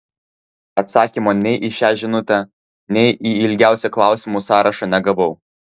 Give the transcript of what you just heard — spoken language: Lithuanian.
atsakymo nei į šią žinutę nei į ilgiausią klausimų sąrašą negavau